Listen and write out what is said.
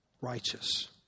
righteous